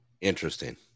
Interesting